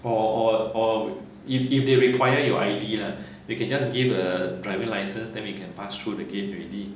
or or or if if they require your I_D lah you can just give a driving license then we can pass through the gate already